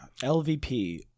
LVP